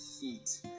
heat